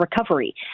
recovery